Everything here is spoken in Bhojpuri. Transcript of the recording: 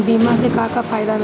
बीमा से का का फायदा मिली?